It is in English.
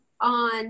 on